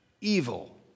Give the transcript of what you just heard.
evil